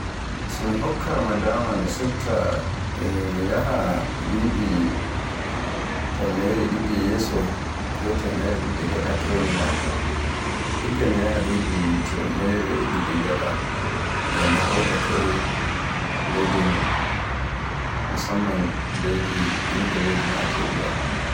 So mi hokkama dama mi sufta e mi yaha dubi tammere ɗiɗi yeso e tammere ɗili gaɗa. Igga mi yaha duɓi tammere ɗiɗi gaɗa ngam mi hauta ko'e leydi men. Musamman leydi, yimɓe leydi Najeriya.